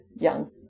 young